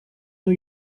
new